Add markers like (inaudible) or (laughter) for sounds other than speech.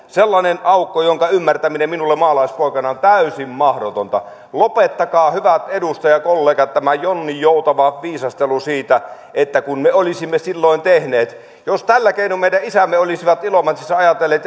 sellainen aukko jonka ymmärtäminen minulle maalaispoikana on täysin mahdotonta lopettakaa hyvät edustajakollegat tämä jonninjoutava viisastelu siitä että kun me olisimme silloin tehneet jos tällä keinoin meidän isämme ja äitimme olisivat ilomantsissa ajatelleet (unintelligible)